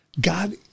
God